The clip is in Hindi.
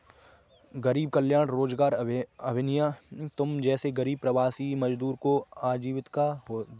गरीब कल्याण रोजगार अभियान तुम जैसे गरीब प्रवासी मजदूरों को आजीविका देगा